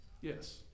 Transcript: Yes